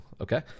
Okay